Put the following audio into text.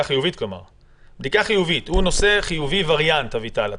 שהוא נושא נגיף וריאנט של הקורונה,